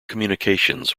communications